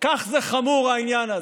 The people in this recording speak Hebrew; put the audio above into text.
כך חמור העניין הזה: